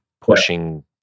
pushing